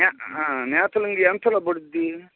నే నేత లుంగీ ఎంతలో పడుతుంది